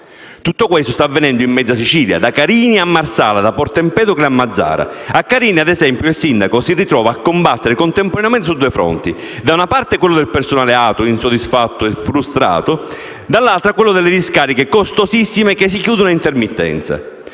Tutto questo sta avvenendo in mezza Sicilia: da Carini a Marsala, da Porto Empedocle a Mazara del Vallo. A Carini, ad esempio, il sindaco si ritrova a combattere contemporaneamente su due fronti: da una parte quello del personale ATO insoddisfatto e frustrato, dall’altra quello delle discariche costosissime e che si chiudono a intermittenza.